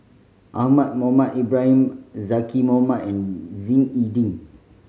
Ahmad Mohamed Ibrahim Zaqy Mohamad and Ying E Ding